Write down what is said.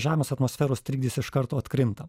žemės atmosferos trikdis iš karto atkrinta